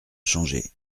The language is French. changé